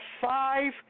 five